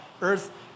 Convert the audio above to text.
Earth